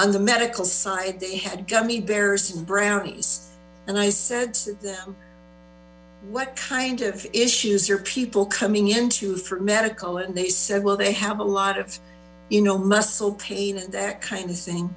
on the medical side they had gummy bears and brownies and i said to them what kind of issues are people coming into for medical and they said well they have a lot of you know muscle pain and that kind of thing